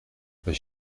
was